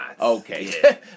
Okay